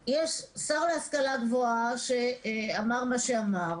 יש שר להשכלה גבוהה שאמר מה שאמר.